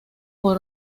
por